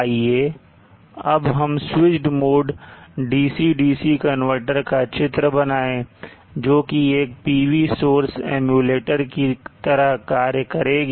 आइए अब हम switched mode DC converter का चित्र बनाएं जो कि एक PV सोर्स एम्युलेटर की तरह कार्य करेगी